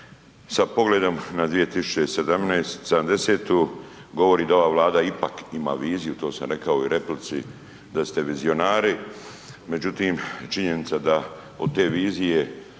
sa pogledom na 2070. govori da ova Vlada ipak ima viziju to sam rekao i u replici da ste vizionari, međutim činjenica da od te vizije